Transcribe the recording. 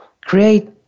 create